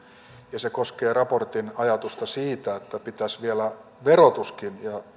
ja se koskee raportin ajatusta siitä että pitäisi vielä verotuskin